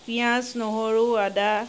পিঁয়াজ নহৰু আদা